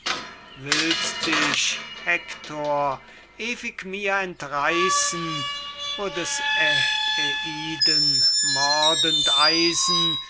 willst dich hektor ewig mir entreissen wo des anaciden mordend eisen